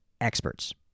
experts